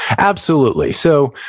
absolutely. so,